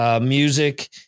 music